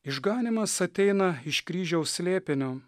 išganymas ateina iš kryžiaus slėpinio